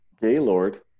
Gaylord